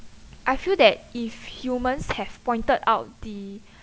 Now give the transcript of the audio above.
I feel that if humans have pointed out the